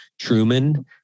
Truman